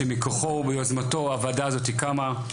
שמכוחו וביוזמתו הוועדה הזאתי קמה,